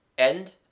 end